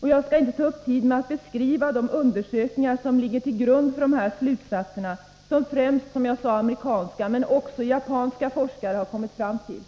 Jag skall inte ta upp tid med att beskriva de undersökningar som ligger till grund för de slutsatser som främst amerikanska men också japanska forskare har kommit fram till.